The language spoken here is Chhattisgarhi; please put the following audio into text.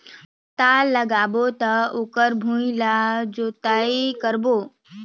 पातल लगाबो त ओकर भुईं ला जोतई करबो?